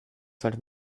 sollte